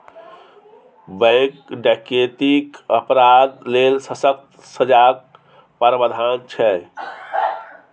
bank डकैतीक अपराध लेल सक्कत सजाक प्राबधान छै